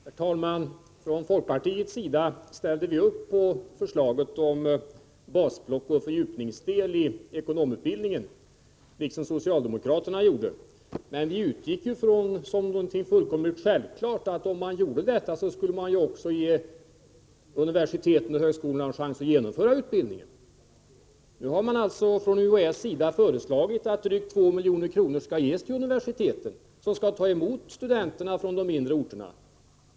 Herr talman! Från folkpartiets sida ställde vi oss bakom förslaget om basblock och fördjupningsdel i ekonomutbildningen, liksom socialdemokraterna gjorde. Men vi utgick från att det var fullständigt självklart att om man gjorde detta skulle man också ge universiteten och högskolorna en chans att genomföra utbildningen. Nu har UHÄ föreslagit att drygt 2 milj.kr. skall anslås till de universitet som skall ta emot studenterna från de mindre orterna.